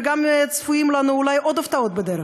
וגם צפויות לנו אולי עוד הפתעות בדרך.